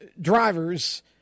drivers